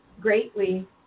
greatly